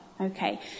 Okay